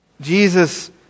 Jesus